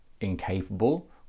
incapable